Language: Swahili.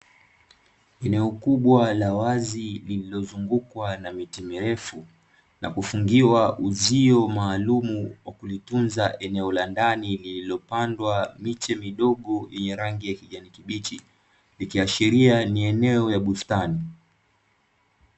Eneo kubwa la wazi lililozungukwa na miti mirefu, na kufungiwa uzio maalumu wa kulitunza eneo la ndani lililopandwa miche midogo yenye rangi ya kijani kibichi; ikiashiria ni eneo la bustani.